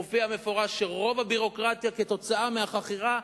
מופיע במפורש שרוב הביורוקרטיה היא תוצאה של החכירה,